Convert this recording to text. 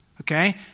Okay